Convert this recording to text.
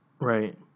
Right